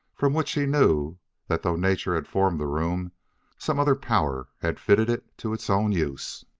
from which he knew that though nature had formed the room some other power had fitted it to its own use.